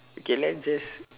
okay let's just